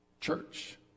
Church